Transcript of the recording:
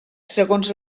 segons